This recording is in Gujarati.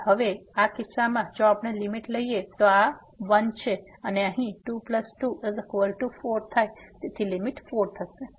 તેથી હવે આ કિસ્સામાં જો આપણે લીમીટ લઈએ તો આ 1 છે અને અહીં 224 તેથી આ લીમીટ 4 છે